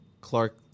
Clark